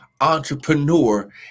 entrepreneur